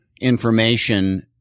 information